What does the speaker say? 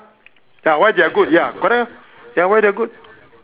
ya why they're good ya correct lor ya why they're good